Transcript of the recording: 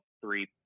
Three